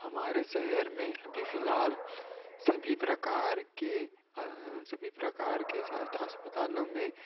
हमारे शहर में अभी फ़िलहाल सभी प्रकार के सभी प्रकार के सहायता अस्पतालो में